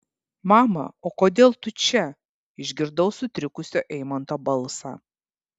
mama o kodėl tu čia išgirdau sutrikusio eimanto balsą